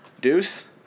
Deuce